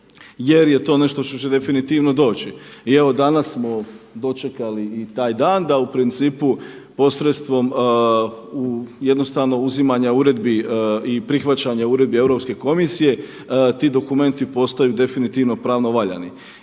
jer je to nešto što će definitivno doći. I evo danas smo dočekali i taj dan da u principu posredstvom jednostavno uzimanja uredbi i prihvaćanja uredbi Europske komisije ti dokumenti postaju definitivno pravno valjani.